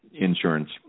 insurance